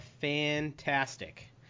Fantastic